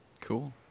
Cool